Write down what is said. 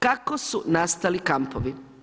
Kako su nastali kampovi?